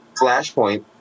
Flashpoint